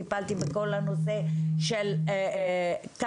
טיפלתי בכל הנושא של קבצנות,